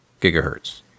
gigahertz